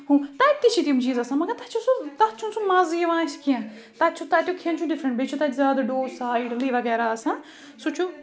ہُہ تَتہِ تہِ چھِ تِم چیٖز آسان مگر تَتہِ چھِ سُہ تَتھ چھُنہٕ سُہ مزٕ یِوان اَسہِ کینٛہہ تَتہِ چھُ تَتیُک کھٮ۪ن چھُ ڈِفرنٛٹ بیٚیہِ چھُ تَتہِ زیادٕ ڈوسا اِڈلی وَغیرہ آسان سُہ چُھ